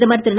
பிரதமர் திரு